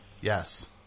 Yes